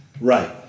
Right